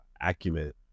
acumen